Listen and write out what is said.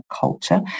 culture